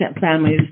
families